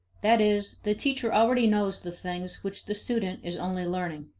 that is, the teacher already knows the things which the student is only learning.